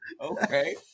Okay